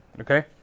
okay